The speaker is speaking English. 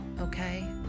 okay